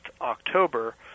October